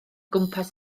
gwmpas